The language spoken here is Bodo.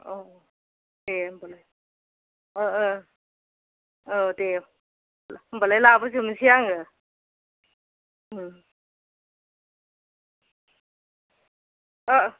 औ दे होनबालाय ओ ओ औ दे होमबालाय लाबोजोबसै आङो उम ओ